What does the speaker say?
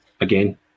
again